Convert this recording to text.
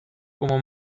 como